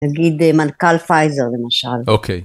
נגיד מנכ״ל פייזר למשל. אוקיי.